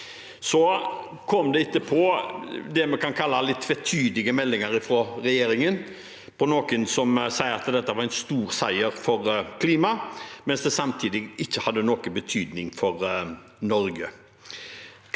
bra. Etterpå kom det vi kan kalle litt tvetydige meldinger fra regjeringen, der noen sier at dette var en stor seier for klimaet, mens det samtidig ikke hadde noen betydning for Norge.